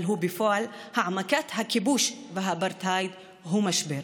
אבל בפועל הוא העמקת הכיבוש והאפרטהייד, הוא משבר.